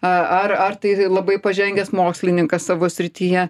a ar ar tai labai pažengęs mokslininkas savo srityje